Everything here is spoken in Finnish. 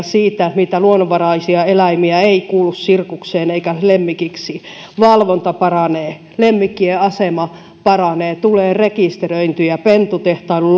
siitä mitkä luonnonvaraiset eläimet eivät kuulu sirkukseen eivätkä lemmikeiksi valvonta paranee lemmikkien asema paranee tulee rekisteröintejä pentutehtailu